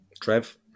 Trev